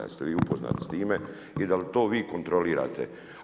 Jeste vi upoznati s time i da li to vi kontrolirate?